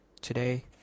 today